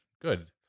good